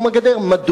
לגופו של עניין,